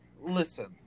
listen